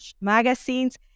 magazines